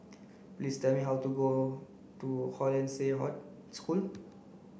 please tell me how to go to Hollandse School